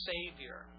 Savior